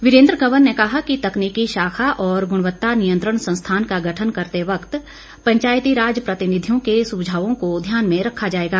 वीरेंद्र कंवर ने कहा कि तकनीकी शाखा और गुणवत्ता नियंत्रण संस्थान का गठन करते वक्त पंचायती राज प्रतिनिधियों के सुझावों को ध्यान में रखा जाएगा